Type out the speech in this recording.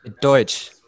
Deutsch